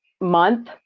month